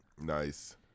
Nice